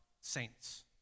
saints